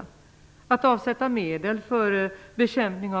Det gäller också att avsätta medel för bekämpning